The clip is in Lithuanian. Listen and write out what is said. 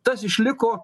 tas išliko